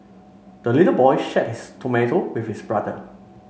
the little boy shared his tomato with his brother